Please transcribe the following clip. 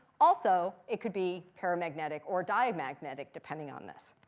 also, it could be paramagnetic or diamagnetic, depending on this.